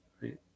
right